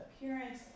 appearance